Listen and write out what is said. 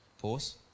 pause